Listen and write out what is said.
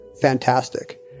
fantastic